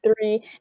three